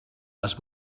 les